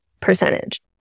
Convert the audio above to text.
percentage